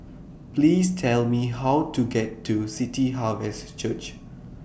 Please Tell Me How to get to City Harvest Church